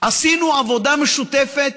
אפילו עבודה משותפת,